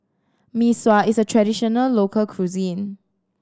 Mee Sua is a traditional local cuisine